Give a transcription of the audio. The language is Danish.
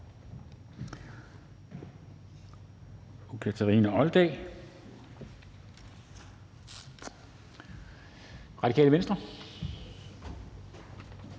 Kathrine Olldag, Radikale Venstre.